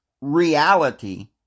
reality